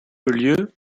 lieu